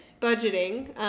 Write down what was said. budgeting